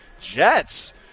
Jets